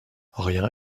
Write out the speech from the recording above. rien